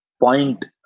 point